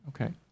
Okay